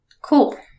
Cool